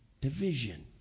division